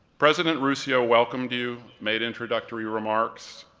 president ruscio welcomed you, made introductory remarks,